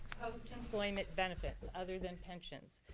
post employment benefits other than pensions.